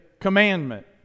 commandment